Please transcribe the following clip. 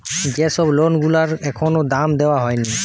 যে সব লোন গুলার এখনো দাম দেওয়া হয়নি